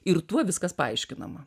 ir tuo viskas paaiškinama